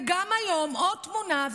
וגם היום עוד תמונה,